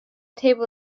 table